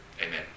Amen